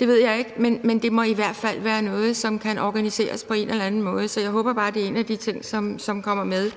det ved jeg ikke – men det må i hvert fald være noget, som kan organiseres på en eller anden måde. Så jeg håber bare, at det er en af de ting, som kommer med